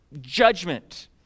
judgment